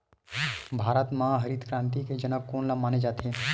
भारत मा हरित क्रांति के जनक कोन ला माने जाथे?